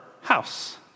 house